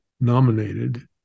nominated